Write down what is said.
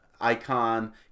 icon